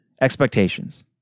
Expectations